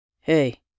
Hey